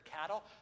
cattle